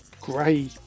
grey